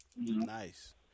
Nice